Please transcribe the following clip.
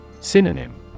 Synonym